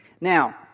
Now